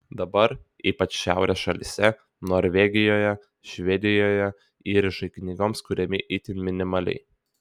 dabar ypač šiaurės šalyse norvegijoje švedijoje įrišai knygoms kuriami itin minimaliai